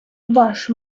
ваш